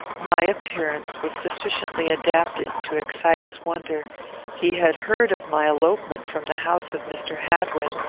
my appearance was sufficiently adapted to excite his wonder he had heard of my elopement from the house of mr. hadwin,